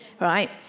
right